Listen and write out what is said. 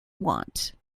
want